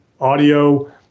audio